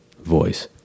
Voice